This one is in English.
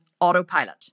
autopilot